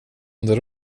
under